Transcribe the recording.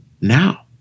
now